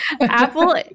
Apple